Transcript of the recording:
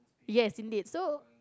yes indeed so